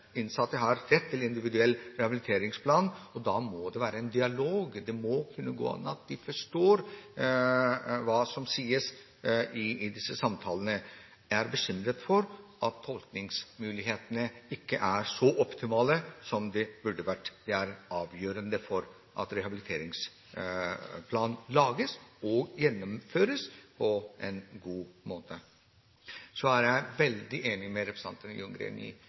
innsatte har rett til en individuell rehabiliteringsplan, og da må det være en dialog. De må kunne forstå hva som sies i disse samtalene. Jeg er bekymret for at tolkemulighetene ikke er så optimale som de burde vært. Det er avgjørende for at rehabiliteringsplan lages og gjennomføres på en god måte. Så er jeg veldig enig med representanten Ljunggren i at veldig mange kvinner har veldig dårlige soningsforhold. Jeg er helt enig i